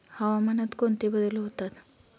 हवामानात कोणते बदल होतात?